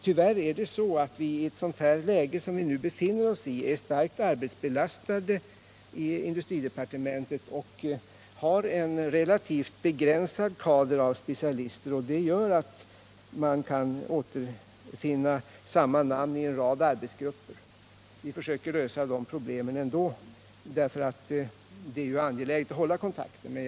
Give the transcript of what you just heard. Tyvärr är vi inom industridepartementet, i det läge vi nu befinner oss i, starkt arbetsbelastade och har en relativt begränsad kader av specialister, vilket gör att man kan återfinna samma namn i en rad arbetsgrupper. Vi försöker lösa de problemen ändå, eftersom det är angeläget att hålla kontakterna.